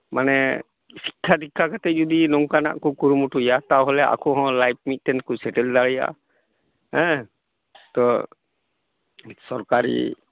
ᱢᱟᱱᱮ ᱥᱤᱠᱠᱷᱟ ᱫᱤᱠᱠᱷᱟ ᱠᱟᱛᱮ ᱡᱩᱫᱤ ᱱᱚᱝᱠᱟᱱᱟᱜ ᱠᱚ ᱠᱩᱨᱩᱢᱩᱴᱩᱭᱟ ᱛᱟᱦᱞᱮ ᱟᱠᱚ ᱦᱚᱸ ᱞᱟᱭᱤᱯ ᱢᱤᱫᱴᱮᱱ ᱠᱚ ᱥᱮᱴᱮᱞ ᱫᱟᱲᱮᱭᱟᱜᱼᱟ ᱦᱚᱮᱸ ᱛᱚ ᱥᱚᱨᱠᱟᱨᱤ